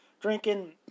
drinking